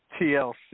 TLC